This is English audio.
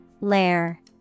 Lair